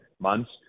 months